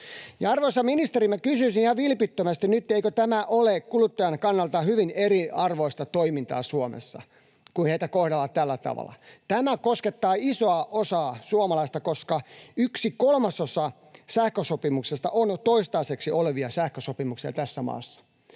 Arvoisa ministeri, minä kysyisin ihan vilpittömästi nyt: eikö tämä ole kuluttajan kannalta hyvin eriarvoista toimintaa Suomessa, kun heitä kohdellaan tällä tavalla? Tämä koskettaa isoa osaa suomalaisista, koska yksi kolmasosa sähkösopimuksista on toistaiseksi voimassa olevia sähkösopimuksia tässä maassa,